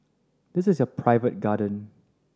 this is your private garden